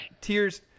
tears